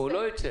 הוא לא ייצא.